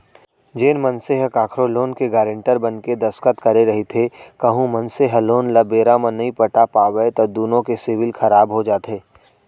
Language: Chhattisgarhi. जेन मनसे ह कखरो लोन के गारेंटर बनके दस्कत करे रहिथे कहूं मनसे ह लोन ल बेरा म नइ पटा पावय त दुनो के सिविल खराब हो जाथे